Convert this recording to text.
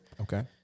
okay